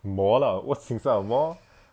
mall lah what's inside a mall